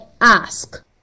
ask